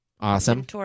awesome